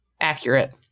Accurate